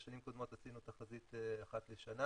בשנים קודמות עשינו תחזית אחת לשנה